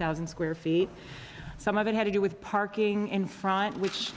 thousand square feet some of it had to do with parking in front which